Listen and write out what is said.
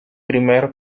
primer